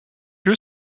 lieu